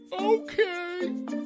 Okay